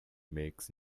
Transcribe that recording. makes